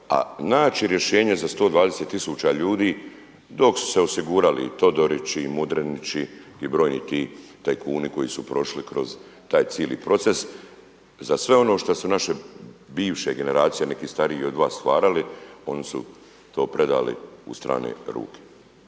a naći rješenje za 120 tisuća ljudi, dok su se osigurali Todorići i Mudrinići i brojni ti tajkuni koji su prošli kroz taj cijeli proces. Za sve ono što su naše bivše generacije, neki stariji od vas stvarali oni su to predali u strane ruke.